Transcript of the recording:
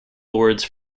lords